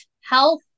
Health